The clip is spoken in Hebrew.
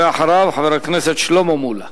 ואחריו, חבר הכנסת שלמה מולה.